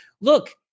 look